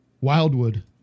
Wildwood